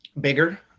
bigger